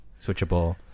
switchable